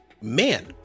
man